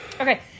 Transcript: Okay